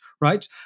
right